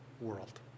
world